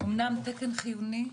אומנם הוא תקן חיוני,